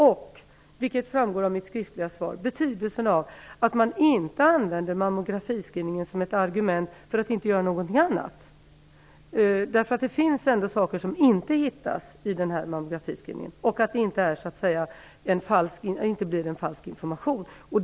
Man bör inte använda mammografiscreening, vilket framgår av mitt skriftliga svar, som ett argument för att inte göra någonting annat. Det finns ändå saker som inte hittas vid mammografiscreening. Det får inte bli en falsk information.